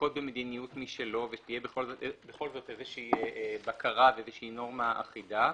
ינקוט במדיניות משלו ותהיה בכל זאת איזו בקרה ואיזו נורמה אחידה,